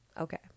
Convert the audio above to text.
Okay